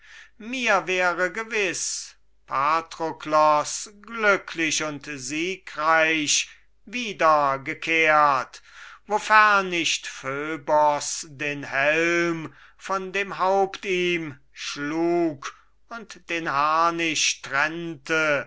mir wäre gewiß patroklos glücklich und siegreich wiedergekehrt wofern nicht phöbos den helm von dem haupt ihm schlug und den harnisch trennte